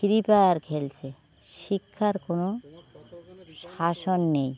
free Fire খেলছে শিক্ষার কোনো শাসন নেই